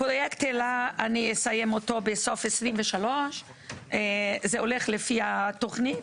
את פרויקט אלה אסיים בסוף 2023. זה הולך לפי התוכנית,